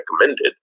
recommended